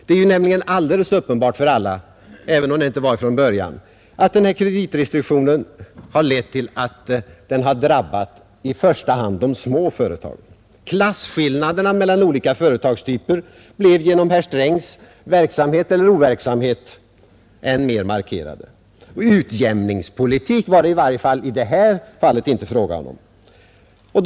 Det är alldeles uppenbart för alla — även om det inte var så från början — att kreditrestriktionerna i första hand drabbat de små företagen. Klasskillnaderna mellan olika företagstyper blev genom herr Strängs verksamhet eller overksamhet än mer markerade. Utjämningspolitik var det i varje fall inte fråga om.